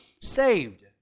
saved